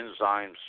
enzymes